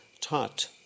taught